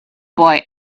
boy